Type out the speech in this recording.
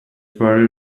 very